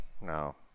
no